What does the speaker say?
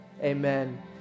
amen